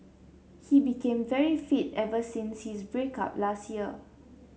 he became very fit ever since his break up last year